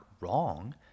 wrong